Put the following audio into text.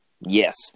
Yes